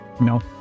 No